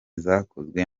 zakozwe